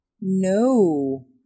No